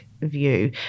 view